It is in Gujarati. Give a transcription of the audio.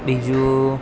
બીજું